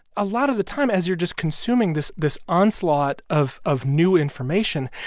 a lot of the time, as you're just consuming this this onslaught of of new information,